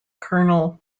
colonel